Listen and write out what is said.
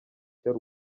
cy’u